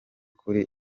kuri